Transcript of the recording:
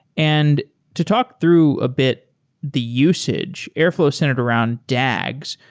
and to talk through a bit the usage, airflow centered around dags.